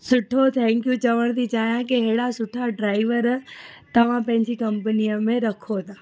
सुठो थैंक्यू चवण थी चाहियां की अहिड़ा सुठा ड्राइवर तव्हां पंहिंजी कंपनीअ में रखो था